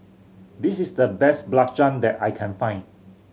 this is the best belacan that I can find